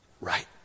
right